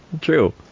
true